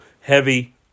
heavy